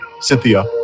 Cynthia